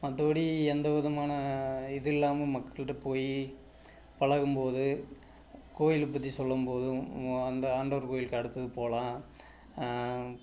மற்றப்படி எந்த விதமான இது இல்லாமல் மக்கள்கிட்ட போய் பழகும் போது கோயில் பற்றி சொல்லும் போதும் அந்த ஆண்டவர் கோயிலுக்கு அடுத்தது போகலாம்